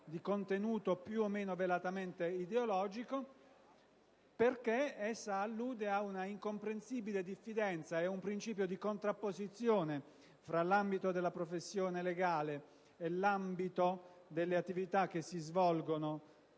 sapore più o meno velatamente ideologico, perché essa allude a un'incomprensibile diffidenza e a un principio di contrapposizione fra l'ambito della professione legale e l'ambito delle attività che si svolgono